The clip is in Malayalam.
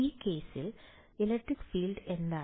ഈ കേസിൽ ഇലക്ട്രിക് ഫീൽഡ് എന്താണ്